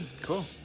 cool